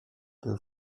był